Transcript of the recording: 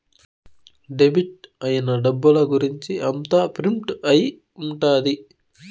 debit అయిన డబ్బుల గురుంచి అంతా ప్రింట్ అయి ఉంటది